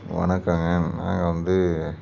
வணக்கம்ங்க நாங்கள் வந்து